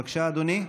בבקשה, אדוני.